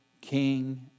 King